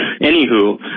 Anywho